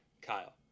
Kyle